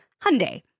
Hyundai